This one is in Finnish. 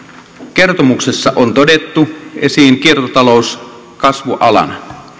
kertomuksessa on tuotu esiin kiertotalous kasvualana